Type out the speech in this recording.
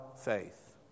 faith